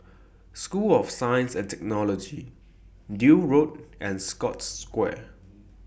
School of Science and Technology Deal Road and Scotts Square